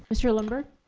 mr. lindbergh.